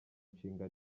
nshinga